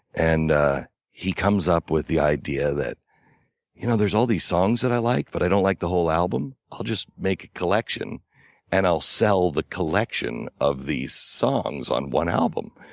and he comes up with the idea that you know, there's all these songs that i like but i don't like the whole album. i'll just make a collection and i'll sell the collection of these songs on one album.